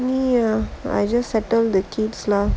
I just settle the kids lah